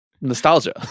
Nostalgia